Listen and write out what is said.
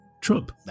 Trump